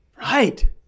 Right